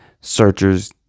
searchers